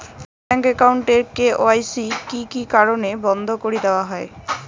Bank account এর KYC কি কি কারণে বন্ধ করি দেওয়া হয়?